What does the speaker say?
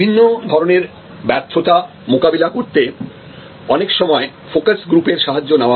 বিভিন্ন ধরনের ব্যর্থতা মোকাবিলা করতে অনেক সময় ফোকাস গ্রুপ এর সাহায্য নেওয়া হয়